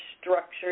structure